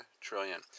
trillion